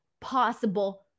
possible